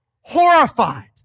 horrified